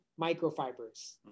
microfibers